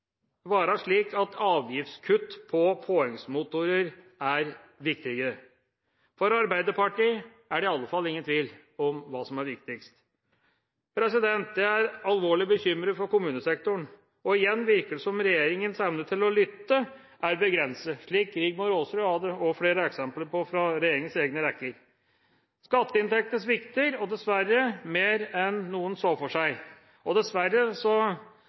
slik at avgiftskutt på påhengsmotorer er viktigere. For Arbeiderpartiet er det i alle fall ingen tvil om hva som er viktigst. Jeg er alvorlig bekymret for kommunesektoren, og igjen virker det som om regjeringas evne til å lytte er begrenset, slik Rigmor Aasrud hadde flere eksempler på fra regjeringas egne rekker. Skatteinntektene svikter – og dessverre mer enn noen så for seg. Dessverre ser ikke dette ut til å bekymre regjeringa, og